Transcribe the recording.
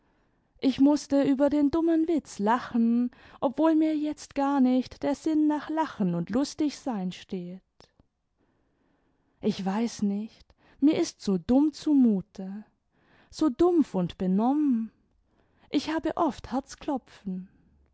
ich mußte über den dummen witz lachen obwohl mir jetzt gar nicht der sinn nach lachen und lustigsein steht ich weiß nicht mir ist so dumm zumute so dumpf und benonmien ich habe oft herzklopfen